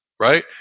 right